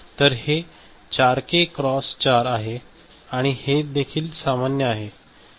तर हे 4 के क्रॉस 4 आहे आणि हे देखील सामान्य आहे